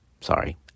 Sorry